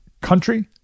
country